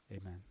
Amen